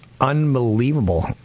unbelievable